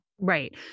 Right